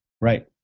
Right